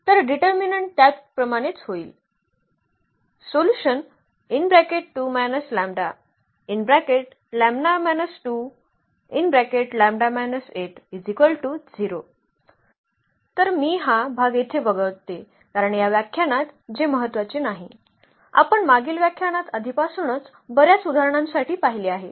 तर डिटर्मिनन्ट त्याप्रमाणेच होईल तर मी हा भाग येथे वगळतो कारण या व्याख्यानात जे महत्त्वाचे नाही आपण मागील व्याख्यानात आधीपासूनच बर्याच उदाहरणांसाठी पाहिले आहे